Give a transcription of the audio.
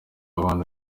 abana